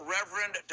Reverend